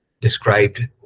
described